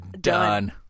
Done